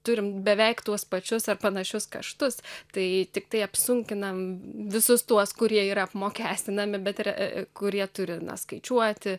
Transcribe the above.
turim beveik tuos pačius ar panašius kaštus tai tiktai apsunkinam visus tuos kurie yra apmokestinami bet ir kurie turi skaičiuoti